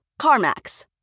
CarMax